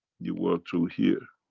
you work through here.